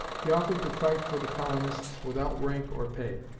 he offered to fight for the colonists without rank or pay.